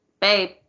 babe